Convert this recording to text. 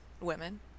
women